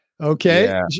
Okay